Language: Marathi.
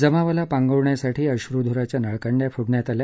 जमावाला पांगविण्यासाठी आश्रध्राच्या नळकांड्या फोडण्यात आल्या